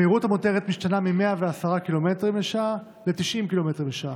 המהירות המותרת משתנה מ-110 קמ"ש ל-90 קמ"ש.